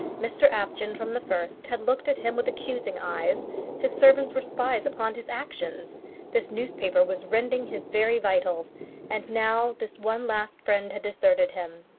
mr apjohn from the first had looked at him with accusing eyes his servants were spies upon his actions this newspaper was rending his very vitals and now this one last friend had deserted him.